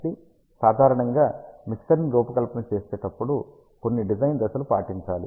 కాబట్టి సాధారణంగా మిక్సర్ ని రూపకల్పన చేసేటప్పుడు కొన్ని డిజైన్ దశలు పాటించాలి